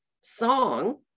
song